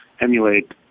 emulate